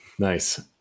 nice